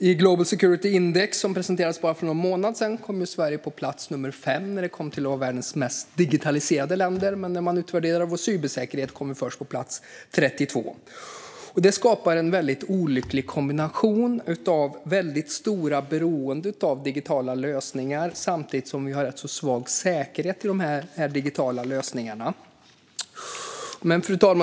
I Global Security Index, som presenterades bara för någon månad sedan, kom Sverige på femte plats när det kom till att vara världens mest digitaliserade land. När man utvärderade vår cybersäkerhet kom vi dock först på plats 32. Detta skapar en väldigt olycklig kombination av ett väldigt stort beroende av digitala lösningar samtidigt som vi har rätt svag säkerhet i dessa digitala lösningar.